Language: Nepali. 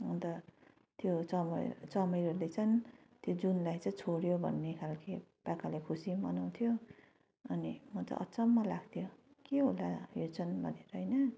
अन्त त्यो जब चमरेले चाहिँ त्यो जूनलाई चाहिँ छोड्यो भन्ने खाले प्रकारले खुसी मनाउँथ्यो अनि म त अचम्म लाग्थ्यो के होला यो चाहिँ भनेर होइन